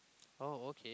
oh okay